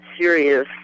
serious